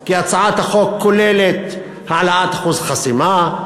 כי הצעת החוק כוללת העלאת אחוז חסימה,